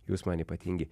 jūs man ypatingi